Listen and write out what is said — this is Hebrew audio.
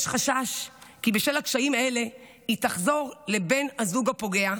יש חשש כי בשל הקשיים האלה היא תחזור לבן הזוג הפוגע,